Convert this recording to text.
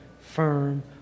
firm